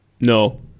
No